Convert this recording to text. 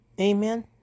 Amen